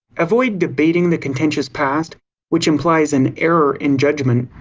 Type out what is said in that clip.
avoid debating the contentious past which implies an error in judgement.